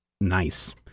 Nice